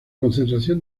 concentración